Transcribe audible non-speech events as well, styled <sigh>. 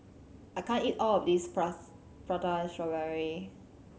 I can't eat all of this <unintelligible> Prata Strawberry